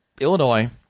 Illinois